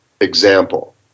example